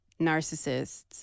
narcissists